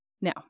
Now